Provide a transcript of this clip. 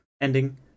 ending